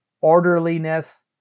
orderliness